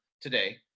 today